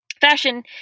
Fashion